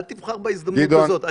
אל תבחר בהזדמנות הזאת.